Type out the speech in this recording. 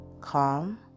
Calm